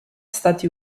stati